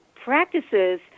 Practices